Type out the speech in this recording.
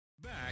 Back